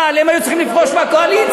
אבל הם היו צריכים לפרוש מהקואליציה.